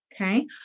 Okay